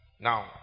Now